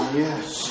yes